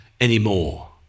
anymore